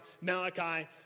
Malachi